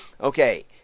Okay